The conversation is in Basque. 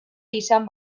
izan